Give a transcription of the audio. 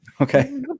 Okay